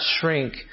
shrink